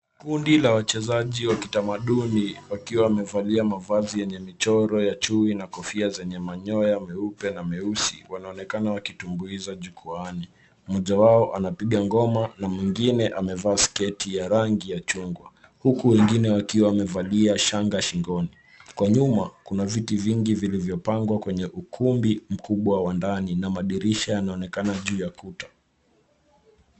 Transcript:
Kundi la wachezaji wa kitamaduni wakiwa wamevalia mavazi yenye michoro ya chui na kofia zenye manyoya meupe na meusi, wanaonekana wakitumbuiza jukwaani. Mmoja wao anapiga ngoma na mwengine amevaa sketi ya rangi ya chungwa huku wengine wakiwa wamevalia shanga shingoni. Kwa nyuma, kuna viti vingi vilivyopangwa kwenye ukumbi mkubwa wa ndani na madirisha yanaonekana juu ya kuta.